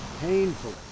painfully